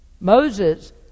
Moses